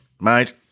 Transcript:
Mate